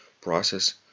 process